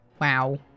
Wow